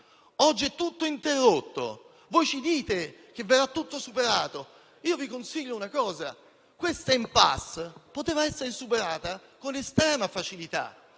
e tutto interrotto; voi ci dite che verrà tutto superato. Io vi consiglio una cosa: questa *empasse* poteva essere superata con estrema facilità,